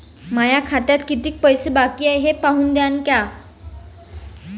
माया खात्यात कितीक पैसे बाकी हाय हे पाहून द्यान का?